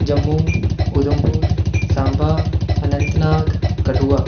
Jammu Udhampur Samba Anantnag Kathua